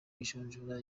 majonjora